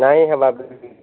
ନାଇଁ ହେବା